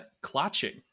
clutching